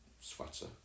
sweater